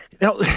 Now